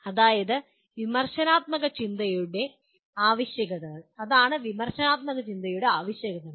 അതാണ് വിമർശനാത്മക ചിന്തയുടെ ആവശ്യകതകൾ